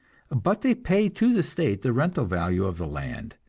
but they pay to the state the rental value of the land,